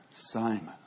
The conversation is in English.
Simon